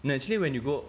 no actually when you go